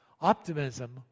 Optimism